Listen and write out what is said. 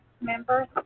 members